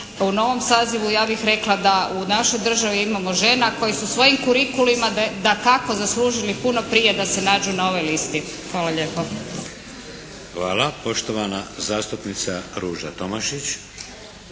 u novom sazivu ja bih rekla da u našoj državi imamo žena koji su svojim curiculima dakako zaslužili puno prije da se nađu na ovoj listi. Hvala lijepa. **Šeks, Vladimir (HDZ)** Hvala. Poštovana zastupnica Ruža Tomašić.